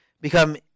become